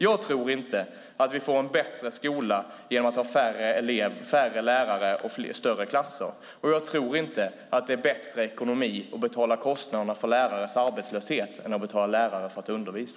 Jag tror inte att vi får en bättre skola genom att ha färre lärare och större klasser. Jag tror inte att det är bättre ekonomi att betala kostnaderna för lärares arbetslöshet än att betala lärare för att undervisa.